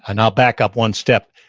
and i'll back up one step.